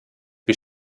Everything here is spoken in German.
wir